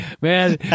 man